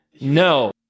No